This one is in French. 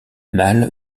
mâles